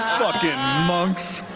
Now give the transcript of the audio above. fucking monks.